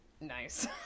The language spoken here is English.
Nice